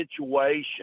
situation